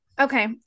Okay